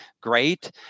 great